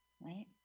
right